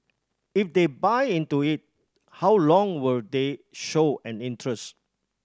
if they buy into it how long will they show an interest